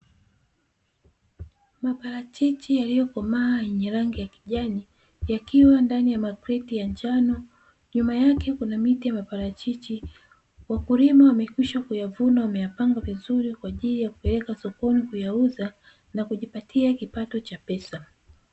Maparachichi yaliyokomaa yenye rangi ya kijani, yakiwa ndani ya makreti ya njano, nyuma yake kuna miti ya maparachichi, wakulima wamekwisha kuyavuna, wameyapanga vizuri kwa ajili ya kupeleka sokoni kuuza na kujipatia kipato cha pesa.